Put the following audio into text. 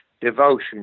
devotion